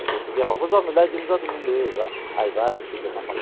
গতিকে হ'ব যোৱা মিলাই দিম যোৱা তুমি লৈ আহিবা আহিবা দোকানত